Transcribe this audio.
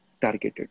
targeted